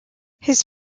his